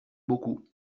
beaucoup